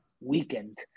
weekend